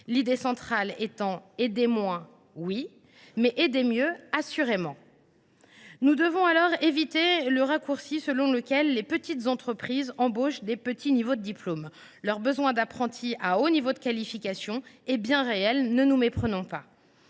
l’idée centrale étant : aider moins, oui, mais aider mieux, assurément ! Nous devons éviter le raccourci suivant : les petites entreprises embaucheraient à de petits niveaux de diplômes. Leur besoin d’apprentis à haut niveau de qualification est bien réel : ne nous méprenons pas